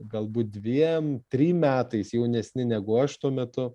galbūt dviem trim metais jaunesni negu aš tuo metu